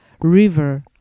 river